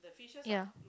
ya